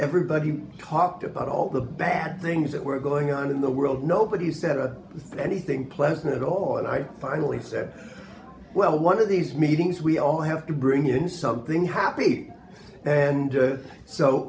everybody talked about all the bad things that were going on in the world nobody said a anything pleasant at all and i finally said well one of these meetings we all have to bring in something happy and